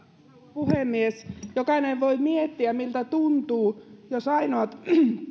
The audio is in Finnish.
puhemies jokainen voi miettiä miltä tuntuu jos ainoat